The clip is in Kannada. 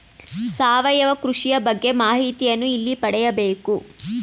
ಸಾವಯವ ಕೃಷಿಯ ಬಗ್ಗೆ ಮಾಹಿತಿಯನ್ನು ಎಲ್ಲಿ ಪಡೆಯಬೇಕು?